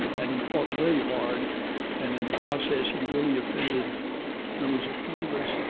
and he fought very hard and in the process he really offended members of congress.